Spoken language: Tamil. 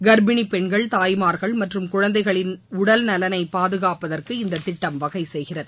கர்ப்பிணி பெண்கள் தாய்மார்கள் மற்றும் குழந்தைகளின் உடல் நலனை பாதுகாப்பதற்கு இந்த திட்டம் வகை செய்கிறது